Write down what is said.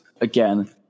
again